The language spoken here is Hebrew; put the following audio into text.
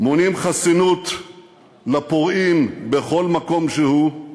מונעים חסינות לפורעים בכל מקום שהוא,